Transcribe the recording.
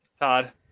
Todd